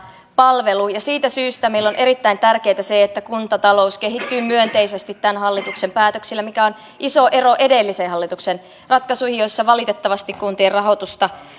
palvelu ja siitä syystä meille on erittäin tärkeätä se että kuntatalous kehittyy myönteisesti tämän hallituksen päätöksillä ja siinä on iso ero edellisen hallituksen ratkaisuihin joissa valitettavasti kuntien rahoitusta